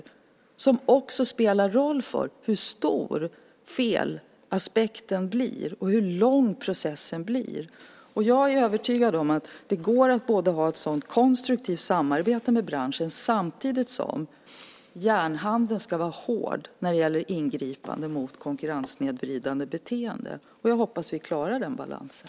Detta spelar också roll för hur stor felaspekten blir och hur lång processen blir. Jag är övertygad om att det går att ha ett sådant konstruktivt samarbete med branschen samtidigt som järnhanden ska vara hård när det gäller ingripande mot konkurrenssnedvridande beteende. Jag hoppas att vi klarar den balansen.